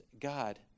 God